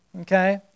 okay